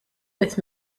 with